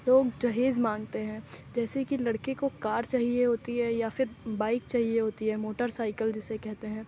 لوگ جہیز مانگتے ہیں جیسے کہ لڑکے کو کار چاہیے ہوتی ہے یا پھر بائک چاہیے ہوتی ہے موٹر سائیکل جسے کہتے ہیں